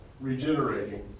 regenerating